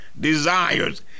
desires